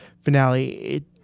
finale